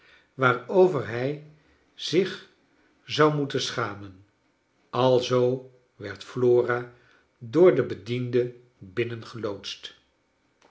waarover hij zich zou moeten schamen alzoo werd flora door den bediende